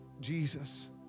Jesus